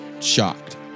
shocked